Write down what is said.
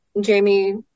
Jamie